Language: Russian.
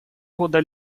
года